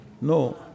No